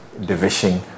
division